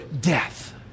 death